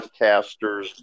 broadcasters